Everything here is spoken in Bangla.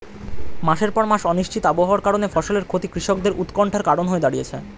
মাসের পর মাস অনিশ্চিত আবহাওয়ার কারণে ফসলের ক্ষতি কৃষকদের উৎকন্ঠার কারণ হয়ে দাঁড়িয়েছে